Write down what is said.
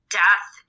death